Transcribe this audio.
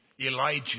Elijah